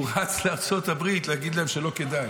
הוא רץ לארצות הברית להגיד להם שלא כדאי,